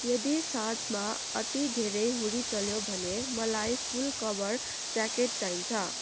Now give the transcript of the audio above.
यदि साँझमा अति धेरै हुरी चल्यो भने मलाई फुल कभर ज्याकेट चाहिन्छ